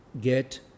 get